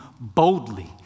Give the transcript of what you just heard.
boldly